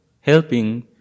helping